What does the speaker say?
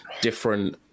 different